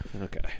Okay